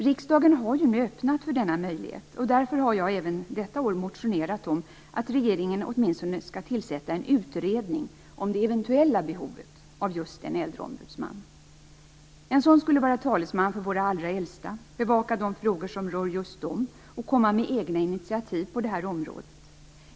Riksdagen har ju nu öppnat för denna möjlighet, och därför har jag även detta år motionerat om att regeringen åtminstone skall tillsätta en utredning om det eventuella behovet av just en äldreombudsman. En äldreombudsman skulle vara talesman för våra allra äldsta, bevaka de frågor som rör just dem och komma med egna initiativ på detta område.